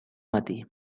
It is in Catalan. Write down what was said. matí